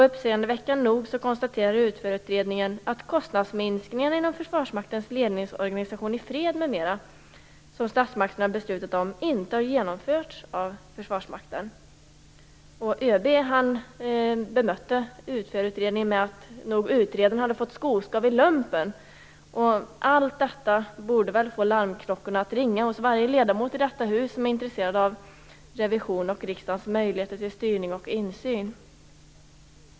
Uppseendeväckande nog konstaterar UTFÖR att de kostnadsminskningar inom Försvarsmaktens ledningsorganisation i fred m.m. som statsmakterna har beslutat om inte har genomförts av Försvarsmakten. ÖB bemötte utredningen med att utredaren nog hade fått skoskav i lumpen. Allt detta borde få larmklockorna att ringa hos varje ledamot i detta hus som är intresserad av revision och riksdagens möjligheter till styrning och insyn.